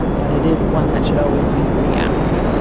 but it is one that should always be reasked.